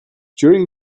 during